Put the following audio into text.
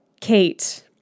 Kate